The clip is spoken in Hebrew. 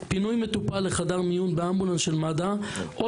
"פינוי מטופל לחדר מיון באמבולנס של מד"א או